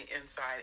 inside